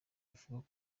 avuga